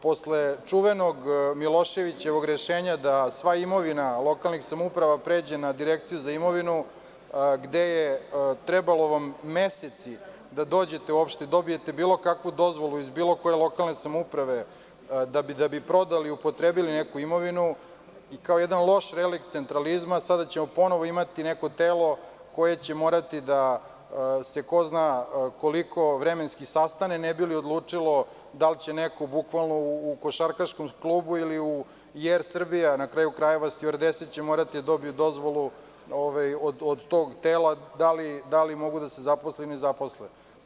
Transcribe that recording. Posle čuvenog Miloševićevog rešenja da sva imovina lokalnih samouprava pređe na Direkciju za imovinu, gde vam je trebalo meseci da dođete uopšte, da dobijete bilo kakvu dozvolu iz bilo koje lokalne samouprave da bi prodali, upotrebili neku imovinu i kao jedan loš relikt centralizma sada ćemo ponovo imati neko telo koje će morati da se ko zna koliko vremenski sastane ne bi li odlučilo da li će neko bukvalno u košarkaškom klubu ili u „Er Srbija“, na kraju krajeva, stjuardese će morati da dobiju dozvolu od tog tela da li mogu da se zaposle ili ne zaposle.